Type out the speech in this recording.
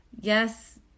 yes